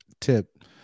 tip